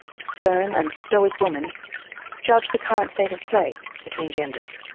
stern and stoic woman judge the current state of play between genders?